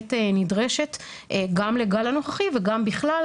שבהחלט נדרשת גם לגל הנוכחי וגם בכלל,